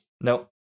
No